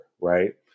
right